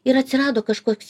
ir atsirado kažkoks